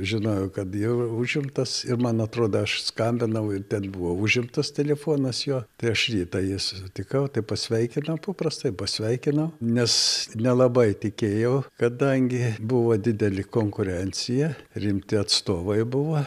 žinojau kad jau užimtas ir man atrodo aš skambinau ir ten buvo užimtas telefonas jo tai aš rytą jį sutikau tai pasveikinau paprastai pasveikinau nes nelabai tikėjau kadangi buvo didelė konkurencija rimti atstovai buvo